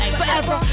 forever